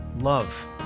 love